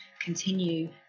continue